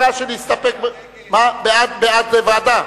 הממשלה אמרה שנסתפק, בעד, לוועדה?